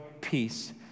peace